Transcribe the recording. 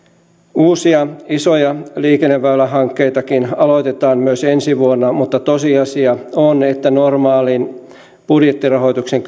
uusia isoja liikenneväylähankkeitakin aloitetaan myös ensi vuonna mutta tosiasia on että normaalin budjettirahoituksen